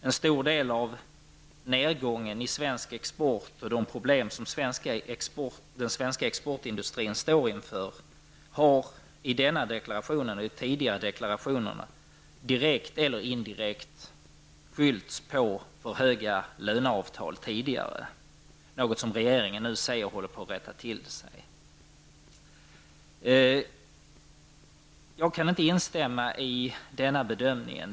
En stor del av nedgången i svensk export och de problem som den svenska exportindustrin står inför har i denna deklaration och tidigare deklarationer direkt eller indirekt skyllts på för höga löneavtal tidigare, något som regeringen nu säger håller på att rätta till sig. Jag kan inte instämma i denna bedömning.